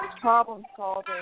problem-solving